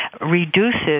reduces